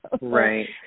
Right